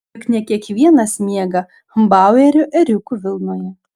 juk ne kiekvienas miega bauerio ėriukų vilnoje